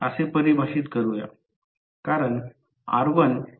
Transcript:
4 millimetre ते 4 millimetre पर्यंत विभक्त झाला आहे